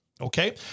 Okay